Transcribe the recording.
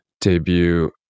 debut